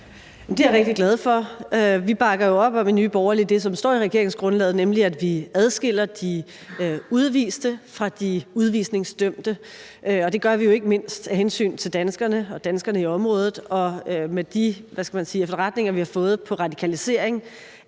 Det er jeg rigtig glad for. Vi bakker jo op i Nye Borgerlige om det, der står i regeringsgrundlaget, nemlig at vi adskiller de udviste fra de udvisningsdømte, og det gør vi jo ikke mindst af hensyn til danskerne og danskerne i området. Med de efterretninger, vi har fået om radikalisering